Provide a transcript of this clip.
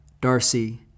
Darcy